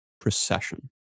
procession